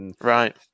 Right